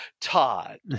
Todd